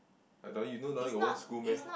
I thought you know down there got one school meh